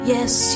Yes